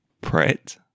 Pret